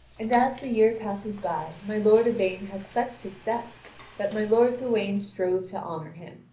and as the year passes by my lord yvain had such success that my lord gawain strove to honour him,